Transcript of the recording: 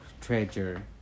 treasure